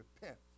repent